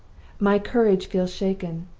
my courage feels shaken,